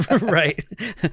right